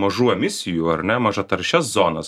mažų emisijų ar ne mažataršias zonas